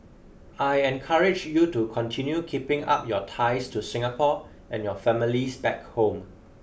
I encourage you to continue keeping up your ties to Singapore and your families back home